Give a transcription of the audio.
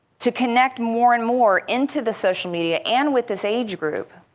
to connect more and more into the social media and with this age group.